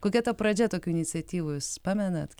kokia ta pradžia tokių iniciatyvų jūs pamenat kiek